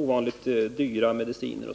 ovanligt dyra mediciner.